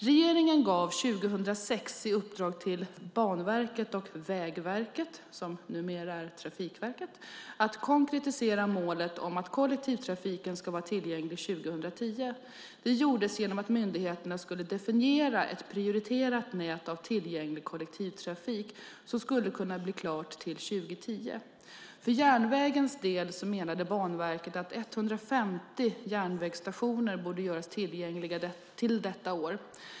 Regeringen gav 2006 i uppdrag till Banverket och Vägverket, som numera är Trafikverket, att konkretisera målet om att kollektivtrafiken ska vara tillgänglig till 2010. Det gjordes genom att myndigheterna skulle definiera ett prioriterat nät av tillgänglig kollektivtrafik som skulle kunna bli klart till 2010. För järnvägens del menade Banverket att 150 järnvägsstationer borde göras tillgängliga till detta år.